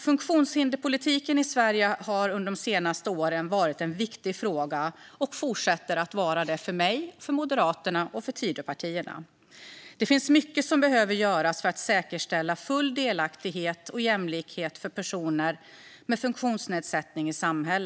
Funktionshinderspolitiken i Sverige har under de senaste åren varit en viktig fråga och fortsätter att vara det för mig, för Moderaterna och för Tidöpartierna. Det finns mycket som behöver göras för att säkerställa full delaktighet i samhället och jämlikhet för personer med funktionsnedsättning.